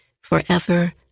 forever